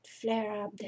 flare-up